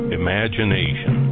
imagination